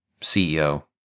CEO